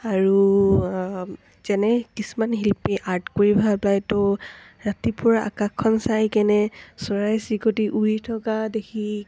আৰু যেনে কিছুমান শিল্পী আৰ্ট কৰি ভাল পায় তো ৰাতিপুৱাৰ আকাশখন চাই কেনে চৰাই চিৰিকটি উৰি থকা দেখি